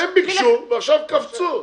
הם ביקשו, ועכשיו קפצו.